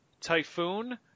Typhoon